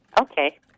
Okay